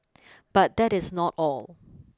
but that is not all